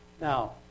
Now